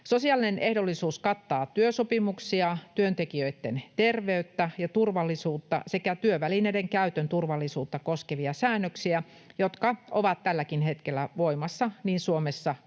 Sosiaalinen ehdollisuus kattaa työsopimuksia, työntekijöitten terveyttä ja turvallisuutta sekä työvälineiden käytön turvallisuutta koskevia säännöksiä, jotka ovat tälläkin hetkellä voimassa niin Suomessa kuin